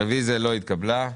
הרביזיה לא התקבלה.